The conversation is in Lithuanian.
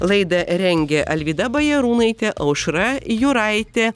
laidą rengė alvyda bajarūnaitė aušra juraitė